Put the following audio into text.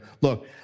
Look